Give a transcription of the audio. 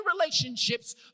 relationships